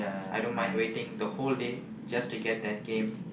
I don't mind waiting the whole day just to get that game